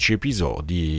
episodi